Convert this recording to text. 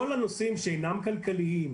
כל הנושאים שאינם כלכליים,